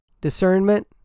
discernment